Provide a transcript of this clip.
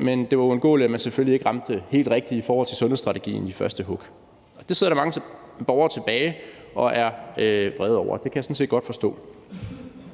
men det var uundgåeligt, at man selvfølgelig ikke ramte helt rigtigt i forhold til sundhedsstrategien i første hug. Det sidder der mange borgere tilbage og er vrede over, og det kan jeg sådan set godt forstå.